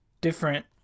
different